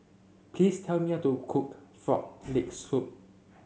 please tell me how to cook Frog Leg Soup